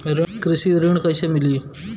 कृषि ऋण कैसे मिली?